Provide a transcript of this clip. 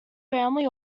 family